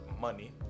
money